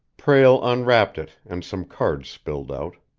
prale unwrapped it, and some cards spilled out.